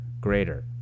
greater